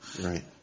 Right